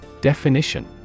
Definition